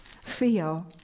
feel